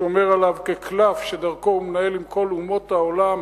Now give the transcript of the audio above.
הוא שומר עליו כקלף שדרכו הוא מנהל עם כל אומות העולם